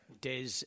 Des